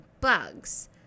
bugs